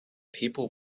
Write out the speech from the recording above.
people